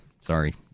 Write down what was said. sorry